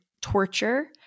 torture